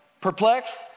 Perplexed